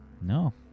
No